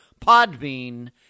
Podbean